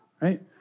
right